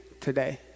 today